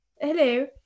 Hello